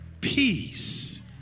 peace